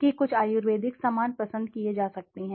कि कुछ आयुर्वेदिक सामान पसंद किए जा सकते हैं